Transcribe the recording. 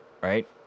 right